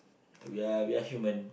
we we are human